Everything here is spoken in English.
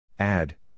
Add